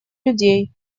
людей